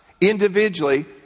individually